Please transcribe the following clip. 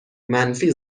منفی